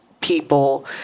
people